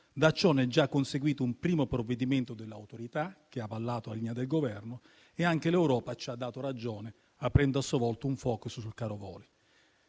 Da ciò è già conseguito un primo provvedimento dell'Autorità, che ha avallato la linea del Governo, e anche l'Europa ci ha dato ragione, aprendo a sua volta un *focus* sul caro voli.